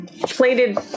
plated